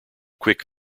quick